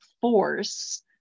force